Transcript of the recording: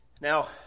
Now